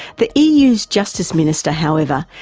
the eu's justice minister, however,